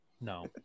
No